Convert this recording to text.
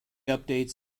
updates